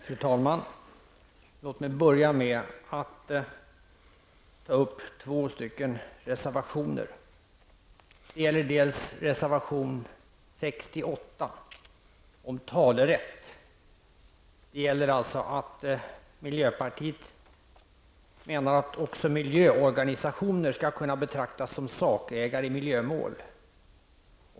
Fru talman! Låt mig börja med att ta upp två reservationer. Det gäller reserveration 68 om talerätten. Miljöpartiet menar alltså att även miljöorganisationer skall kunna betraktas som sakägare i miljömål.